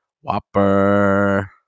whopper